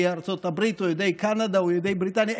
ארצות הברית או יהודי קנדה או יהודי בריטניה,